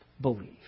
believe